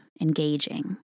engaging